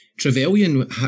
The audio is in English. Trevelyan